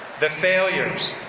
the failures,